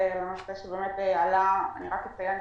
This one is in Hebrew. זה לא נושא חדש, הנושא עלה כבר כמה פעמים.